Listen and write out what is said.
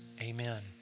Amen